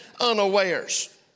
unawares